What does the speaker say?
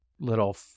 little